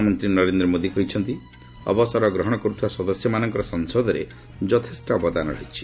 ପ୍ରଧାନମନ୍ତ୍ରୀ ନରେନ୍ଦ୍ର ମୋଦି କହିଛନ୍ତି ଅବସର ଗ୍ରହଣ କରୁଥିବା ସଦସ୍ୟମାନଙ୍କର ସଂସଦରେ ଯଥେଷ୍ଟ ଅବଦାନ ରହିଛି